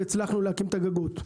והצלחנו להקים את הגגות.